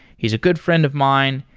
he's a good friend of mine.